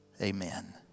Amen